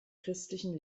christlichen